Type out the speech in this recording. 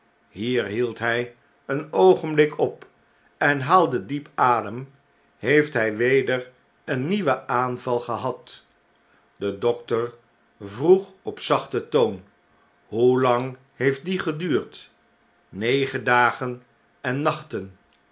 hier hield hy een oogenblik op en haalde diep adem heeft hy weder een nieuwen aanval gehad de dokter vroeg op zachten toon hoelang heeft die geduurd negen dagen en nachten